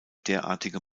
derartige